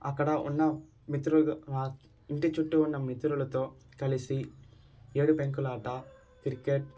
అక్కడ ఉన్న మిత్రు ఇంటి చుట్టూ ఉన్న మిత్రులతో కలిసి ఏడు పెంకులాట క్రికెట్